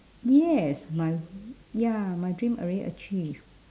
yes my ya my dream already achieve